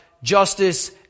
justice